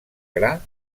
gra